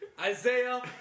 Isaiah